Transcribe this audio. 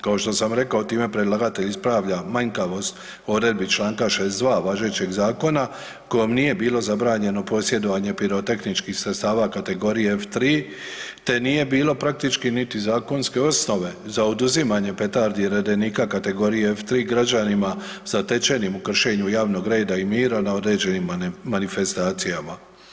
Kao što sam rekao, time predlagatelj ispravlja manjkavost odredbi čl. 62. važećeg zakona kojom nije bilo zabranjeno posjedovanje pirotehničkih sredstava kategorije F-3, te nije bilo praktički niti zakonske osnove za oduzimanje petardi i redenika kategorije F-3 građanima zatečenim u kršenju javnog reda i mira na određenim manifestacijama.